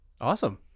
Awesome